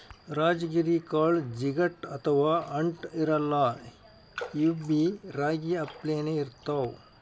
ರಾಜಗಿರಿ ಕಾಳ್ ಜಿಗಟ್ ಅಥವಾ ಅಂಟ್ ಇರಲ್ಲಾ ಇವ್ಬಿ ರಾಗಿ ಅಪ್ಲೆನೇ ಇರ್ತವ್